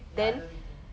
ya I love it too